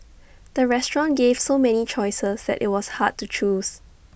the restaurant gave so many choices that IT was hard to choose